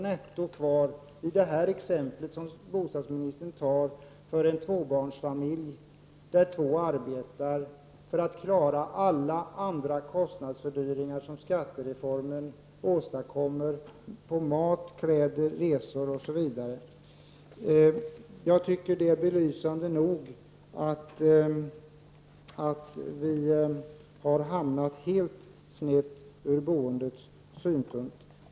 netto kvar i det exempel som bostadsministern har visat för en tvåbarnsfamilj där två arbetar, för att klara alla andra kostnadsfördyringar som skattereformen åstadkommer på mat, kläder, resor osv. Jag tycker att det är belysande nog att vi har hamnat helt snett ur boendets synvinkel.